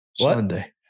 Sunday